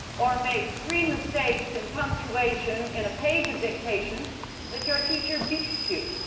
or make three mistakes in punctuation in a page of dictation that your teacher beats you?